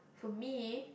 for me